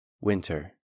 Winter